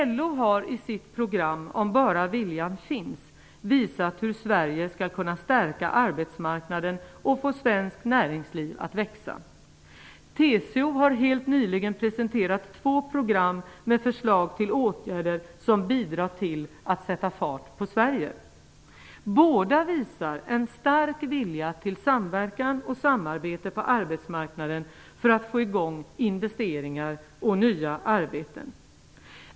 LO har i sitt program Om bara viljan finns visat hur Sverige skall kunna stärka arbetsmarknaden och få svenskt näringsliv att växa. TCO har helt nyligen presenterat två program med förslag till åtgärder som bidrar till att sätta fart på Sverige. Båda visar en stark vilja till samverkan och samarbete på arbetsmarknaden för att få i gång investeringar och nya arbeten.